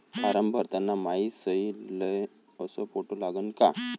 Form भरताना मायी सयी अस फोटो लागन का?